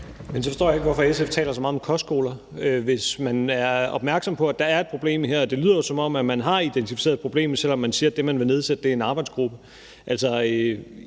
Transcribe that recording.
Så forstår jeg ikke, hvorfor SF taler så meget om kostskoler. Hvis man er opmærksom på, at der er et problem her – det lyder jo, som om man har identificeret problemet, selv om man siger, man vil nedsætte en arbejdsgruppe